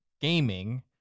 gaming